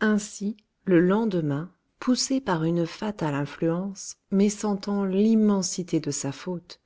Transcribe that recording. ainsi le lendemain poussée par une fatale influence mais sentant l'immensité de sa faute